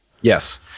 Yes